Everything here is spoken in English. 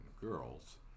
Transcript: girls